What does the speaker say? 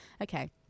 Okay